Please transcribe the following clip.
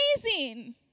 amazing